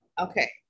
Okay